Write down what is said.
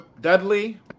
Dudley